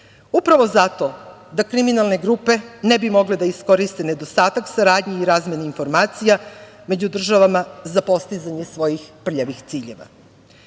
upravo zato da kriminalne grupe ne bi mogle da iskoriste nedostatak saradnje i razmene informacija među državama za postizanje svojih prljavih